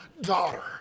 daughter